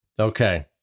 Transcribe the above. okay